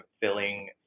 filling